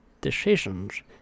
Decisions